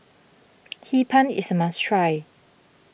Hee Pan is must try